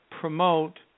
promote